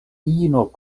ino